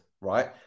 right